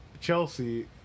Chelsea